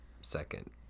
second